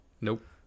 nope